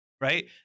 right